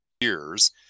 years